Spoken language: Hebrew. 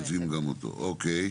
אוקיי.